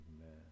Amen